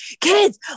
kids